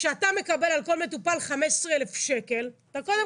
כשאתה מקבל על כל מטופל 15,000 שקלים אתה קודם